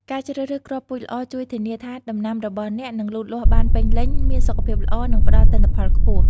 ការជ្រើសរើសគ្រាប់ពូជល្អជួយធានាថាដំណាំរបស់អ្នកនឹងលូតលាស់បានពេញលេញ មានសុខភាពល្អ និងផ្តល់ទិន្នផលខ្ពស់។